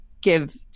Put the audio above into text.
give